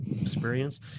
experience